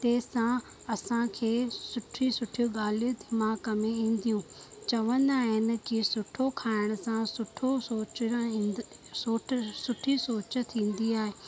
तंहिंसां असांखे सुठी सुठी ॻाल्हियूं दिमाग़ में ईंदियूं चवंदा आहिनि कि सुठो खाइण सां सुठो सोचणु ईंदो सोट सुठी सोच थींदी आहे